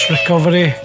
Recovery